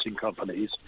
companies